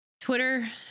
twitter